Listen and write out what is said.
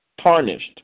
tarnished